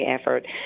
effort